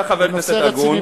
אתה חבר כנסת ראוי,